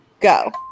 Go